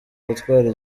gutwara